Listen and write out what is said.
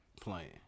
playing